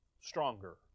stronger